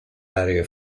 aree